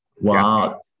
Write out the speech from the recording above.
Wow